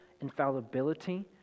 infallibility